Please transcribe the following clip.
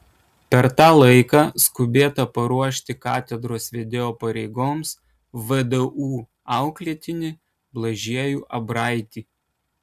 per tą laiką skubėta paruošti katedros vedėjo pareigoms vdu auklėtinį blažiejų abraitį